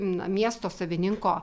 na miesto savininko